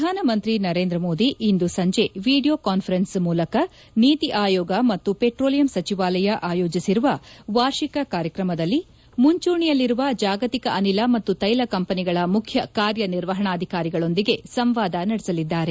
ಪ್ರಧಾನಮಂತ್ರಿ ನರೇಂದ್ರ ಮೋದಿ ಇಂದು ಸಂಜೆ ವಿಡಿಯೋ ಕಾನ್ವರೆನ್ಸ್ ಮೂಲಕ ನೀತಿ ಆಯೋಗ ಮತ್ತು ಪೆಟ್ರೋಲಿಯಂ ಸಚಿವಾಲಯ ಆಯೋಜಿಸಿರುವ ವಾರ್ಷಿಕ ಕಾರ್ಯಕ್ರಮದಲ್ಲಿ ಮುಂಚೂಣಿಯಲ್ಲಿರುವ ಕಾರ್ಯನಿರ್ವಹಣಾಧಿಕಾರಿಗಳೊಂದಿಗೆ ಸಂವಾದ ನಡೆಸಲಿದ್ದಾರೆ